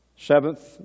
Seventh